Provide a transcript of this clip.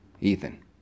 Ethan